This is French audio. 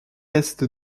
est